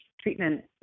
treatment